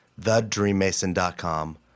thedreammason.com